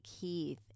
Keith